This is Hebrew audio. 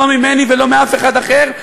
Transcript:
לא ממני ולא מאף אחד אחר,